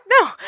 No